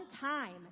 time